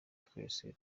twese